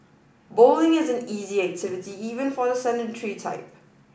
bowling is an easy activity even for the sedentary type